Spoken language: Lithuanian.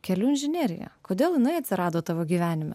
kelių inžinerija kodėl jinai atsirado tavo gyvenime